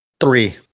three